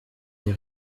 des